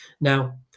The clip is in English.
Now